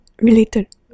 related